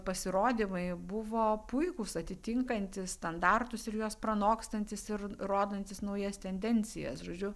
pasirodymai buvo puikūs atitinkantys standartus ir juos pranokstantys ir rodantys naujas tendencijas žodžiu